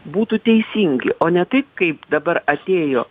būtų teisingi o ne taip kaip dabar atėjo